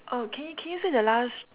oh can you can you say the last